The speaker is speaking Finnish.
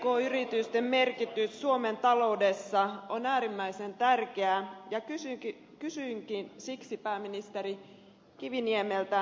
pk yritysten merkitys suomen taloudessa on äärimmäisen tärkeä ja kysynkin siksi pääministeri kiviniemeltä